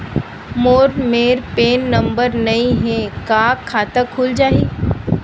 मोर मेर PAN number नई हे का खाता खुल जाही?